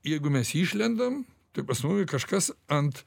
jeigu mes išlendam tai pas mumi kažkas ant